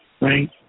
Right